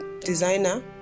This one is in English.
designer